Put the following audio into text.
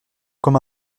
comme